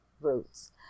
Roots